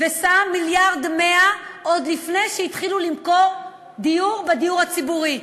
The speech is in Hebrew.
ושם 1.1 מיליארד עוד לפני שהתחלנו למכור דיור בדיור הציבורי,